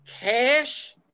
cash